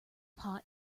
pot